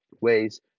ways